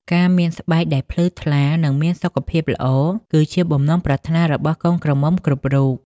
ការមានស្បែកដែលភ្លឺថ្លា និងមានសុខភាពល្អ គឺជាបំណងប្រាថ្នារបស់កូនក្រមុំគ្រប់រូប ។